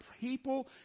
people